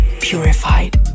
Purified